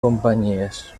companyies